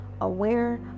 aware